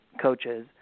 coaches